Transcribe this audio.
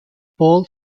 paul